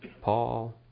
Paul